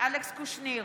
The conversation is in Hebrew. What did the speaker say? אלכס קושניר,